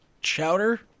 chowder